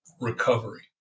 recovery